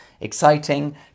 exciting